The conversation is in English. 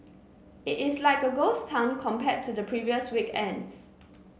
it is like a ghost town compared to the previous weekends